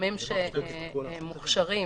גורמים שמוכשרים